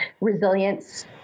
resilience